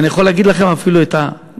ואני יכול להגיד לכם אפילו את הנתונים.